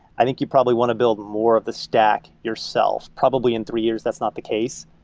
i think you probably want to build more of the stack yourself. probably in three years that's not the case,